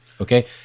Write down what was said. Okay